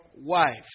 wife